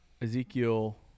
Ezekiel